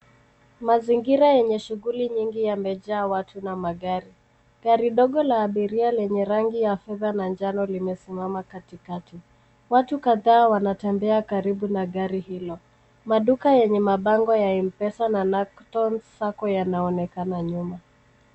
Mazingira yenye shuguli nyingi yamejaa watu na magari. Gari ndogo la abiria lenye rangi ya fedha na njano limesimama katikati. Watu kadhaa wanatembea karibu na gari hilo. Maduka yenye mabango ya m-pesa na Nakonns sacco yanaonekana nyuma.